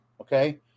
okay